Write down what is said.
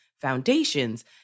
foundations